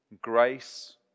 grace